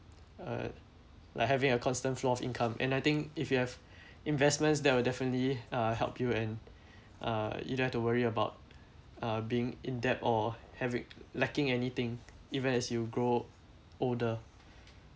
uh like having a constant flow of income and I think if you have investments that will definitely uh help you and uh you don't have to worry about uh being in debt or having lacking anything even as you grow older